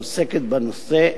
העוסקת בנושא,